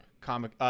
Comic